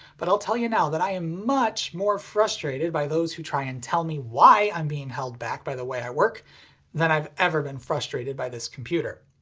but i'll tell you now that i am much more frustrated by those who try and tell me why i'm being held back by the way i work than i've ever been frustrated by this computer.